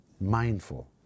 Mindful